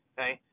Okay